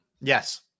Yes